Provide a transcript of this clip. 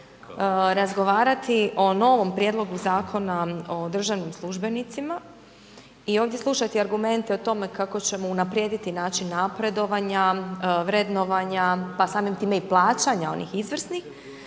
razgovarati o novim prijedloga Zakona o državnim službenicima i ovdje slušati argumente o tome kako ćemo unaprijediti način napredovanja, vrednovanja pa samim time i plaćanja onih izvrsnih